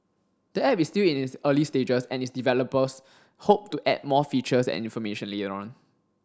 the app is still in its early stages and its developers hope to add more features and information later on